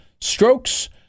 strokes